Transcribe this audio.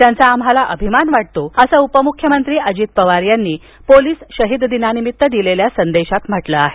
त्यांचा आम्हाला अभिमान वाटतो असं उपमुख्यमंत्री अजीत पवार यांनी पोलीस शहिद दिनानिमित्त दिलेल्या संदेशात म्हटलं आहे